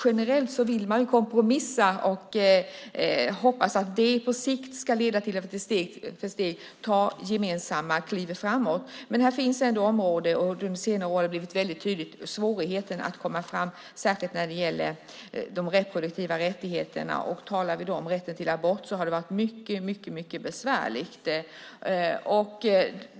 Generellt vill man kompromissa, och man hoppas att det på sikt ska leda till att det steg för steg tas gemensamma kliv framåt. Men under senare har det blivit väldigt tydligt att det på detta område finns svårigheter att komma framåt, särskilt när det gäller rättigheter i fråga om reproduktiv hälsa. När vi talar om rätten till abort har det varit mycket besvärligt.